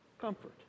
comfort